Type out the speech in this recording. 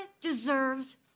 deserves